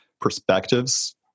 perspectives